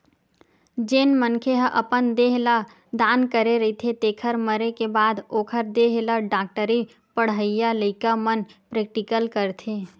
जेन मनखे ह अपन देह ल दान करे रहिथे तेखर मरे के बाद ओखर देहे ल डॉक्टरी पड़हइया लइका मन प्रेक्टिकल करथे